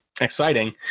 exciting